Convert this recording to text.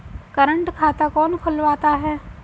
Current खाता कौन खुलवाता है?